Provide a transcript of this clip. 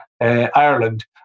Ireland